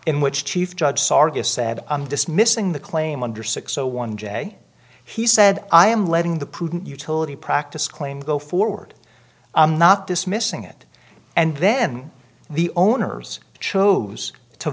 in which chief judge sharga said i'm dismissing the claim under six o one j he said i am letting the prudent utility practice claim go forward i'm not dismissing it and then the owners choose to